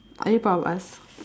are you proud of us